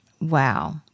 Wow